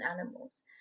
animals